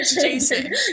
Jason